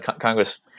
Congress